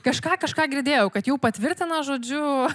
kažką kažką girdėjau kad jau patvirtina žodžiu